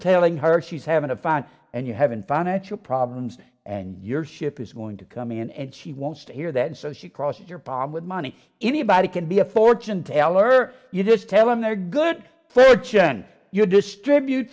telling her she's having a fine and you haven't financial problems and your ship is going to come in and she wants to hear that so she crosses your palm with money anybody can be a fortune teller you just tell them they're good for jen you distribute